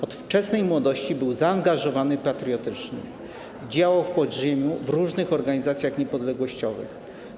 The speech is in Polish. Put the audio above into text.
Od wczesnej młodości był zaangażowany patriotycznie, działał w podziemiu w różnych organizacjach niepodległościowych.